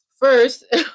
first